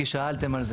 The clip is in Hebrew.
כי שאלתם על זה.